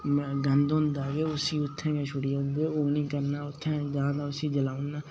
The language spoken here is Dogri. गंद गुंद होंदा उसी उत्थै गै छोड़ी औंदे ओह् नेईं करना उत्थै जां ते उसी जलाई ओड़ना